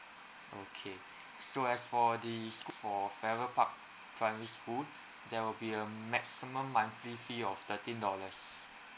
okay so as for the school fee for farrer park primary school there will be a maximum monthly fee of thirteen dollars